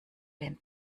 den